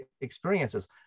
experiences